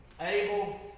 Abel